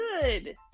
good